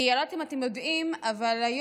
כי אני לא יודעת אם אתם יודעים, אבל היום,